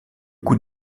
coup